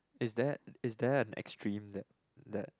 is that is that have an extreme that that